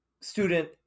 student